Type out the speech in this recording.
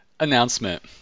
Announcement